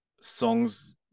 songs